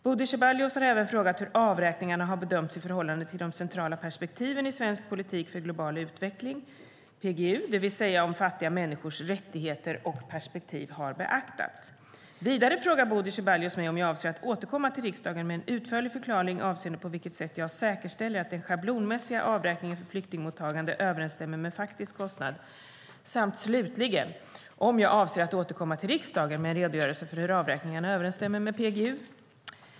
Bodil Ceballos har även frågat hur avräkningarna har bedömts i förhållande till de centrala perspektiven i svensk politik för global utveckling, PGU, det vill säga om fattiga människors rättigheter och perspektiv har beaktats. Vidare frågar Bodil Ceballos mig om jag avser att återkomma till riksdagen med en utförlig förklaring avseende på vilket sätt jag säkerställer att den schablonmässiga avräkningen för flyktingmottagande överensstämmer med faktisk kostnad samt, slutligen, om jag avser att återkomma till riksdagen med en redogörelse för hur avräkningarna överensstämmer med PGU.